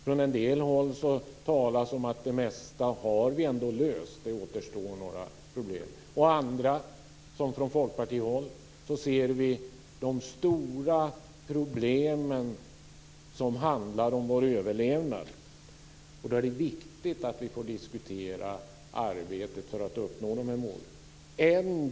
Från en del håll talas det om att vi har löst det mesta, men att det återstår några problem. Andra, t.ex. vi i Folkpartiet, ser de stora problemen som handlar om vår överlevnad. Då är det viktigt att vi får diskutera arbetet för att uppnå de här målen.